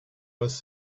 was